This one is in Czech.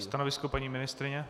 Stanovisko paní ministryně?